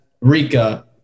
Rika